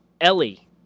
Ellie